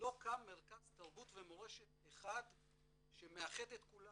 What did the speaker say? קם מרכז תרבות ומורשת אחד שמאחד את כולם